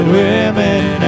women